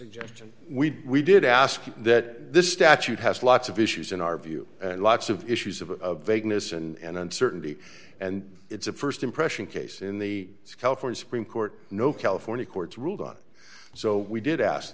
suggestion we did ask you that this statute has lots of issues in our view and lots of issues of vagueness and uncertainty and it's a st impression case in the california supreme court no california courts ruled on so we did ask